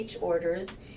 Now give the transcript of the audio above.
orders